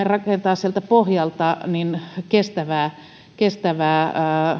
rakentaa sieltä pohjalta kestävää kestävää